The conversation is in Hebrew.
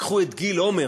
לקחו את גיל עומר,